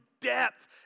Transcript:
depth